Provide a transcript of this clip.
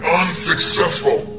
unsuccessful